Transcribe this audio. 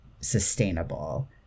sustainable